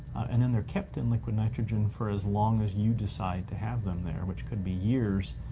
and then they're kept in liquid nitrogen for as long as you decide to have them there, which could be years,